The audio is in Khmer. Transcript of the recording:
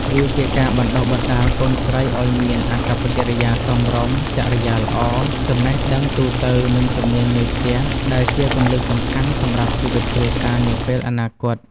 វាជាការបណ្តុះបណ្តាលកូនស្រីឱ្យមាន អាកប្បកិរិយាសមរម្យ ចរិយាល្អ ចំណេះដឹងទូទៅ និង ជំនាញមេផ្ទះ ដែលជាគន្លឹះសំខាន់សម្រាប់ជីវិតគ្រួសារនាពេលអនាគត។